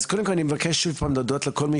אז קודם כל אני מבקש כמובן להודות לכל מי